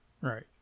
right